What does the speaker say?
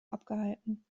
abgehalten